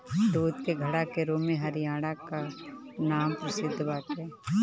दूध के घड़ा के रूप में हरियाणा कअ नाम प्रसिद्ध बाटे